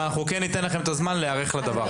אבל אנחנו ניתן לכם את הזמן להיערך לדבר הזה.